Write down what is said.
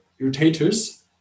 rotators